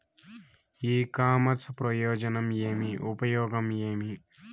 ఇ commerce ప్రయోజనం ఏమి? ఉపయోగం ఏమి?